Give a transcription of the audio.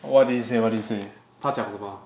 what did he say what did he say 他讲什么